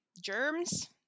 germs